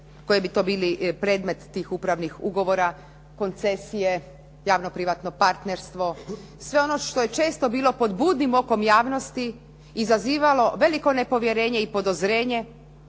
koji bi to bili predmeti tih upravnih ugovora, koncesije, javno privatno partnerstvo, sve ono što je često bilo pod budnim okom javnosti, izazivalo veliko nepovjerenje i podozrenje